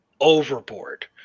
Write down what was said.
overboard